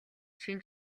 шинэ